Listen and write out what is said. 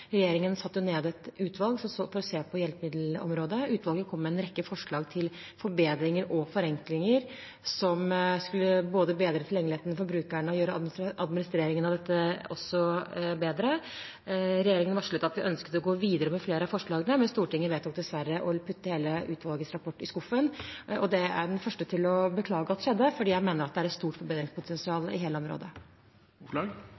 Regjeringen satte ned et utvalg for å se på hjelpemiddelområdet. Utvalget kom med en rekke forslag til forbedringer og forenklinger som både skulle bedre tilgjengeligheten for brukerne og gjøre administreringen av dette bedre. Regjeringen varslet at vi ønsket å gå videre med flere av forslagene, men Stortinget vedtok dessverre å putte hele utvalgets rapport i skuffen. Det er jeg den første til å beklage at skjedde, for jeg mener det er et stort forbedringspotensial